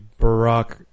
Barack